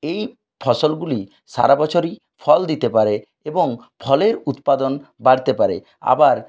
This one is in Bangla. এই ফসলগুলি সারা বছরই ফল দিতে পারে এবং ফলের উৎপাদন বাড়তে পারে আবার